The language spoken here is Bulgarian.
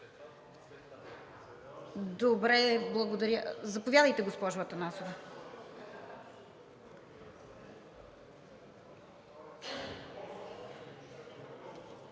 Добре, благодаря. Заповядайте, госпожо Атанасова.